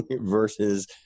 versus